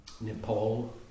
Nepal